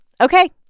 Okay